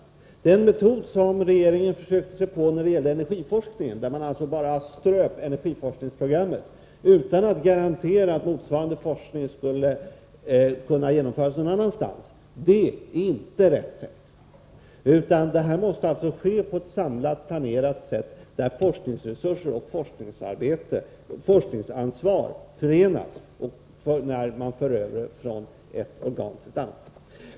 Den metod som regeringen försökte sig på när det gällde energiforskningen, då man bara ströp energiforskningen, utan att garantera att motsvarande forskning skulle kunna genomföras någon annanstans, är inte rätt sätt. Det måste ske på ett samlat, planerat sätt, så att forskningsresurser, forskningsarbete och forskningsansvar förenas när man för över resurser från ett organ till ett annat.